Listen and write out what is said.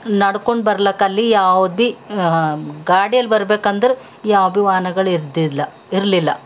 ನಡ್ಕೊಂಡು ಬರಲಕ್ಕಲ್ಲಿ ಯಾವ್ದು ಬಿ ಗಾಡಿಯಲ್ಲಿ ಬರ್ಬೇಕಂದ್ರ ಯಾವ ಬಿ ವಾಹನಗಳು ಇದ್ದಿಲ್ಲ ಇರಲಿಲ್ಲ